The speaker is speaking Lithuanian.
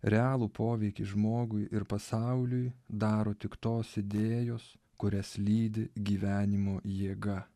realų poveikį žmogui ir pasauliui daro tik tos idėjos kurias lydi gyvenimo jėga